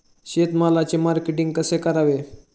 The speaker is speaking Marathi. शेतमालाचे मार्केटिंग कसे करावे?